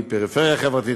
פריפריה חברתית,